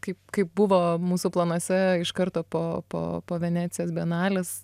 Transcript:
kaip kaip buvo mūsų planuose iš karto po po po venecijos bienalės